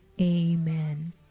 amen